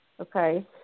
okay